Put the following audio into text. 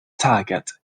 target